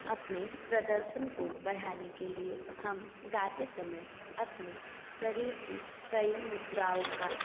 अपने प्रदर्शन को बढ़ाने के लिए हम गाते समय अपने शरीर की कई मुद्राओं का